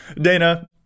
Dana